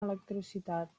electricitat